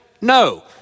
No